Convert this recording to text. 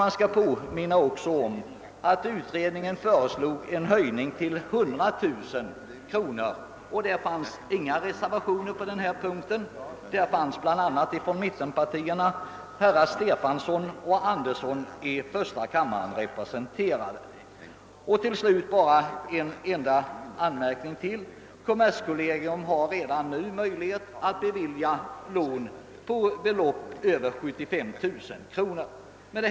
Jag skall kanske också påminna om att utredningen föreslog en höjning till 100 000 kronor, och det fanns inga reservationer på den punkten. Bland andra deltog från mittenpartierna herrar Stefanson och Torsten Andersson i första kammaren. Till slut bara en ytterligare anmärkning! Kommerskollegium kan redan nu bevilja lån på belopp över 75 000 kronor. Herr talman!